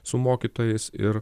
su mokytojais ir